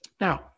Now